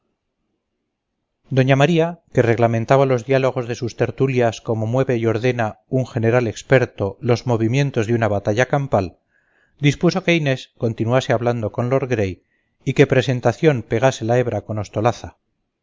doña maría que reglamentaba los diálogos de sus tertulias como mueve y ordena un general experto los movimientos de una batalla campal dispuso que inés continuase hablando con lord gray y que presentación pegase la hebra